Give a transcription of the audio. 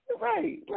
right